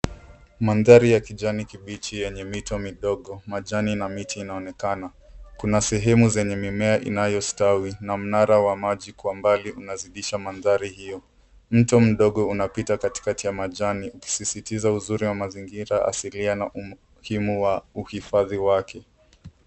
Mandhari ya kijani kibichi yenye mito midogo, majani na miti inaonekana. Kuna sehemu zenye mimea inayostawi na mnara wa maji kwa mbali unazidisha mandhari hiyo. Mto mdogo unapita katikati ya majani ukisisitiza uzuri wa mazingira asilia na umuhimu wa uhifadhi wake.